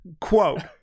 Quote